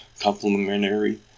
complementary